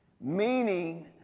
Meaning